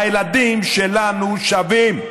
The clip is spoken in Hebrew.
הילדים שלנו שווים,